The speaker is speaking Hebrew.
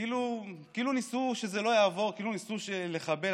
כאילו ניסו שזה לא יעבור, כאילו ניסו לחבל.